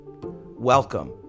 welcome